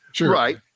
right